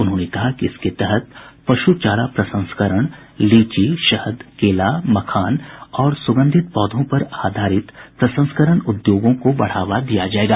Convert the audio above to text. उन्होंने कहा कि इसके तहत पशु चारा प्रसंस्करण लीची शहद केला मखान और सुगंधित पौधों पर आधारित प्रसंस्करण उद्योगों को बढ़ावा दिया जायेगा